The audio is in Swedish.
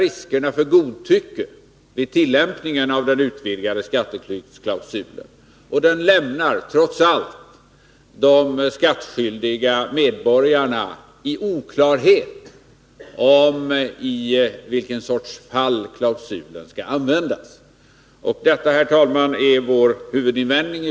Riskerna för godtycke vid tillämpningen av den utvidgade skatteflyktsklausulen ökar därmed, och de skattskyldiga medborgarna lämnas i oklarhet om i vilka fall klausulen skall användas. Detta, herr talman, är folkpartiets huvudinvändning.